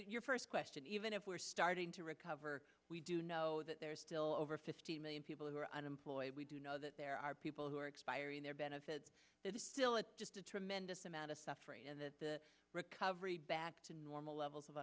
your first question even if we are starting to recover we do know that there are still over fifty million people who are unemployed we do know that there are people who are expiring their benefits it is still it's just a tremendous amount of suffering and that the recovery back to normal levels of